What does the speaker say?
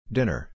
Dinner